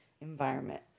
environment